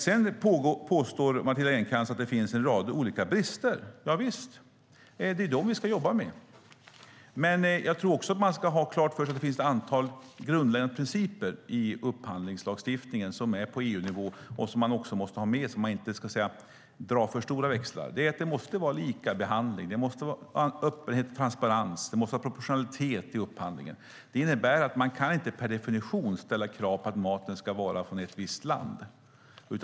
Sedan påstår Matilda Ernkrans att det finns en rad olika brister. Javisst - det är dem vi ska jobba med. Men jag tror också att man ska ha klart för sig att det finns ett antal grundläggande principer i upphandlingslagstiftningen som är på EU-nivå och som man måste ha med sig, så man ska inte dra för stora växlar. Det måste vara likabehandling, öppenhet och transparens och proportionalitet i upphandlingen. Det innebär att man inte per definition kan ställa krav på att maten ska vara från ett visst land.